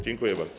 Dziękuję bardzo.